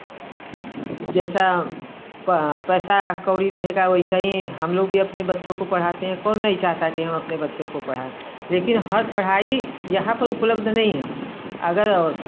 जैसा पैसा कोड़ी रहेगा वैसा ही हम लोग भी अपने बच्चों को पढ़ाते हैं कौन नहीं चाहता कि हम अपने बच्चों को पढ़ाएँ लेकिन हर पढ़ाई यहाँ पर उपलब्ध नहीं है अगर